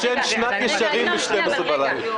המלאכה --- הנשיא ישן שנת ישרים ב-24:00 בלילה.